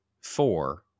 four